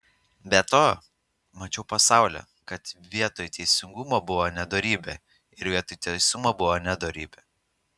be to mačiau po saule kad vietoj teisingumo buvo nedorybė ir vietoj teisumo buvo nedorybė